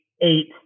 eight